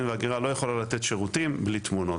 וההגירה לא יכולה לתת שירותים בלי תמונות.